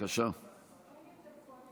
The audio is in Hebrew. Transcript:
מירב בן